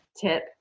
tip